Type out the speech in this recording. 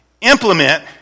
implement